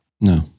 No